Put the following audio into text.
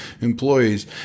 Employees